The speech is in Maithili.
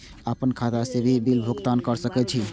आपन खाता से भी बिल भुगतान कर सके छी?